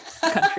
country